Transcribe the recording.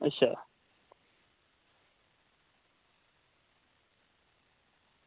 अच्छा